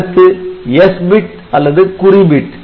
அடுத்து S bit அல்லது குறி பிட்